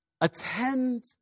attend